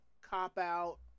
cop-out